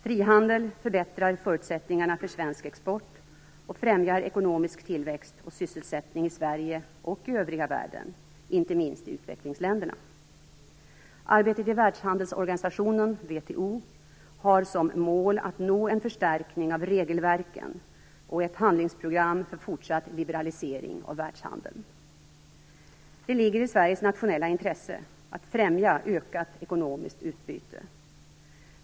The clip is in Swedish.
Frihandel förbättrar förutsättningarna för svensk export och främjar ekonomisk tillväxt och sysselsättning i Sverige och övriga världen, inte minst i utvecklingsländerna. Arbetet i världshandelsorganisationen, WTO, har som mål att nå en förstärkning av regelverken och ett handlingsprogram för fortsatt liberalisering av världshandeln. Det ligger i Sveriges nationella intresse att främja ökat ekonomiskt utbyte.